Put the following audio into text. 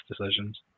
decisions